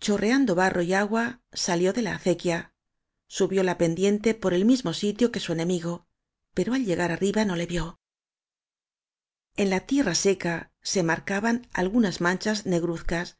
chorreando barro y agua salió de la ace quia subió la pendiente por el mismo sitio que su enemigo pero al llegar arriba no le vió en la tierra seca se marcaban algunas manchas negruzcas